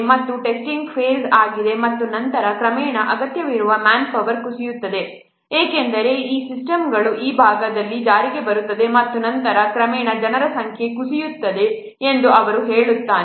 ಮತ್ತು testing phase ಮುಗಿದ ನಂತರ ಕ್ರಮೇಣ ಅಗತ್ಯವಿರುವ ಮ್ಯಾನ್ ಪವರ್ ಕುಸಿಯುತ್ತದೆ ಏಕೆಂದರೆ ಈಗ ಈ ಸಿಸ್ಟಮ್ ಈ ಭಾಗದಲ್ಲಿ ಜಾರಿಗೆ ಬರುತ್ತದೆ ಮತ್ತು ನಂತರ ಕ್ರಮೇಣ ಜನರ ಸಂಖ್ಯೆ ಕುಸಿಯುತ್ತದೆ ಎಂದು ಅವರು ಹೇಳುತ್ತಾನೆ